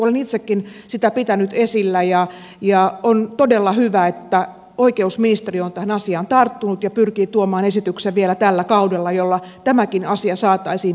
olen itsekin sitä pitänyt esillä ja on todella hyvä että oikeusministeri on tähän asiaan tarttunut ja pyrkii tuomaan esityksen vielä tällä kaudella jolla tämäkin asia saataisiin etenemään